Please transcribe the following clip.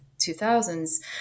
2000s